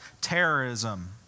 terrorism